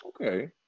Okay